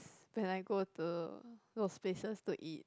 when I go to those places to eat